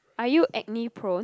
are you acne prone